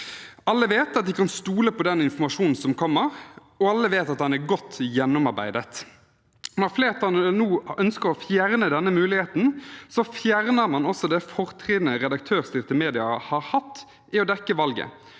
Alle vet at de kan stole på den informasjonen som kommer, og alle vet at den er godt gjennomarbeidet. Når flertallet nå ønsker å fjerne denne muligheten, fjerner man også det fortrinnet redaktørstyrte medier har hatt i å dekke valget.